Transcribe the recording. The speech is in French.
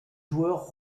joueur